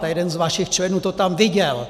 A jeden z vašich členů to tam viděl!